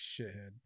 shithead